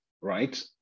right